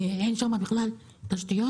אין שם בכלל תשתיות.